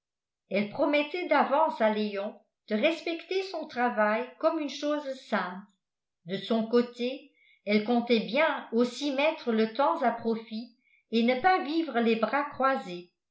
elle promettait d'avance à léon de respecter son travail comme une chose sainte de son côté elle comptait bien aussi mettre le temps à profit et ne pas vivre les bras croisés